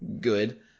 good